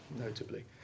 notably